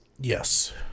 Yes